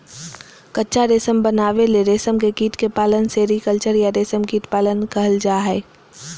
कच्चा रेशम बनावे ले रेशम के कीट के पालन सेरीकल्चर या रेशम कीट पालन कहल जा हई